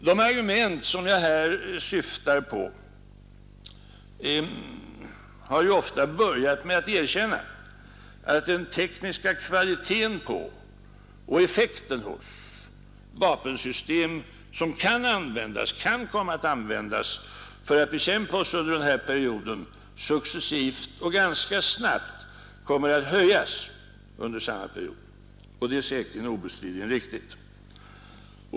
De argument som jag här syftar på har ofta börjat med att erkänna att den tekniska kvaliteten på och effekten hos vapensystem som kan komma att användas för att bekämpa oss under den här perioden successivt och ganska snabbt kommer att höjas under samma period. Det är säkerligen riktigt.